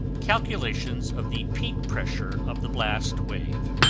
calculations of the peak pressure of the blast wave